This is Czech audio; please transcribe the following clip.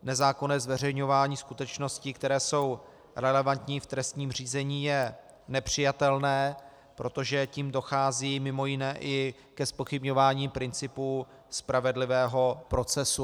Nezákonné zveřejňování skutečností, které jsou relevantní v trestním řízení, je nepřijatelné, protože tím dochází mj. i ke zpochybňování principů spravedlivého procesu.